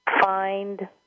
find